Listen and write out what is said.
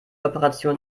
operation